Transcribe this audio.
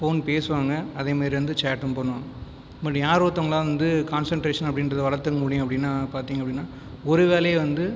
phone பேசுவாங்க அதே மாதிரி வந்து சேட்டும் பண்ணுவாங்க அப்படி யார் ஒருத்துவங்களால் வந்து கான்சென்ட்ரேஷன் அப்படின்றத வளர்த்துக்க முடியும் அப்படின்னா பார்த்தீங்க அப்படின்னா ஒரு வேலையை வந்து